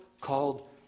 called